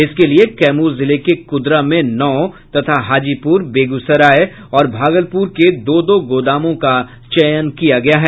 इसके लिए कैमूर जिले के कुदरा में नौ तथा हाजीपुर बेगूसराय और भागलपूर के दो दो गोदामों का चयन किया गया है